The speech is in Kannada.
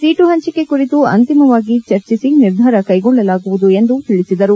ಸೀಟು ಹಂಚಿಕೆ ಕುರಿತು ಅಂತಿಮವಾಗಿ ಚರ್ಚಿಸಿ ನಿರ್ಧಾರ ಕೈಗೊಳ್ಳಲಾಗುವುದು ಎಂದು ತಿಳಿಸಿದರು